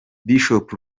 bishop